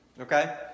Okay